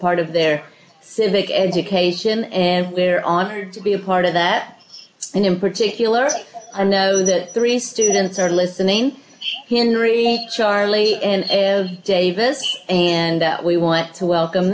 part of their civic education and we're honored to be a part of that and in particular i know that three students are listening hindery charlie and davis and we want to welcome